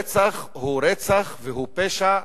רצח הוא רצח והוא פשע,